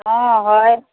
हँ हय